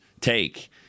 take